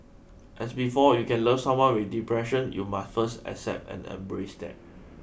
and before you can love someone with depression you must first accept and embrace that